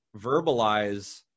verbalize